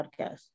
Podcast